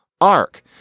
Ark